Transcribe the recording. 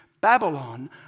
Babylon